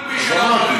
כל מי,